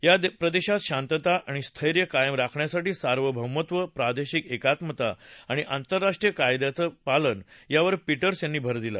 या प्रदेशात शांतता आणि स्थांतकायम राखण्यासाठी सार्वभौमत्व प्रादेशिक एकात्मता आणि आंतरराष्ट्रीय कायद्याचं पालन यावर पीटर्स यांनी भर दिला